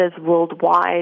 worldwide